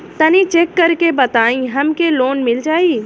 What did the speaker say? तनि चेक कर के बताई हम के लोन मिल जाई?